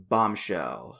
Bombshell